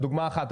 זו דוגמה אחת,